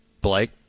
Blake